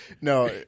No